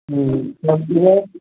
हूँ सब्जी राखु